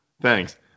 thanks